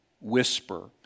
whisper